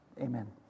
Amen